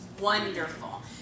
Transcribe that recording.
wonderful